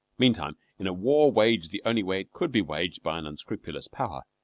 meantime, in a war waged the only way it could be waged by an unscrupulous power,